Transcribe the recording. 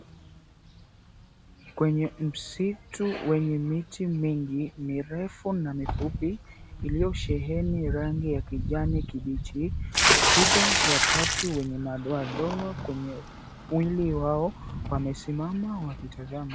Kwenye msitu wenye miti mingi, mirefu na mifupi iliyosheheni rangi ya kijani kibichi twiga watatu wenye madoadoa kwenye mwili wao wamesimama wakitazama.